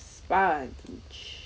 sponge